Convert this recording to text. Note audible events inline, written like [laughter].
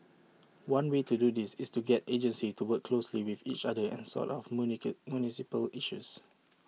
one way to do this is to get agencies to work closely with each other and sort of [unintelligible] municipal issues